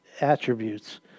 attributes